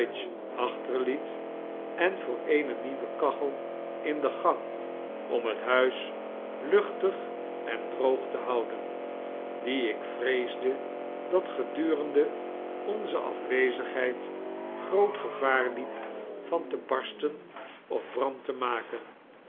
achterliet en voor eene nieuwe kachel in de gang om bet huis luchtig en droog te houden die ik vreesde dat gedurende onze af wezigheid groot gevaar liep van te barsten of brand te maken